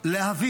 להביא.